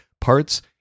Parts